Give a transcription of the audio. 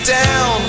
down